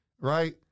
right